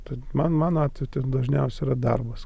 tad man mano atveju ten dažniausiai yra darbas